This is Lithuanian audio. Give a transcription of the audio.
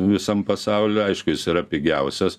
visam pasauly aišku jis yra pigiausias